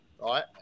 right